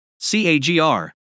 CAGR